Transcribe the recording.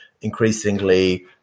increasingly